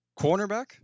cornerback